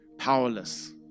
powerless